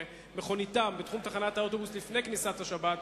מכוניתם בתחום תחנת אוטובוס לפני כניסת השבת,